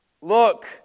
Look